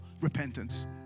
repentance